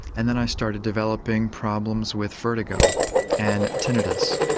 and then i started developing problems with vertigo and tinnitus.